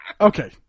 Okay